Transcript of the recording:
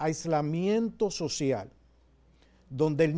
m don't they